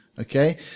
Okay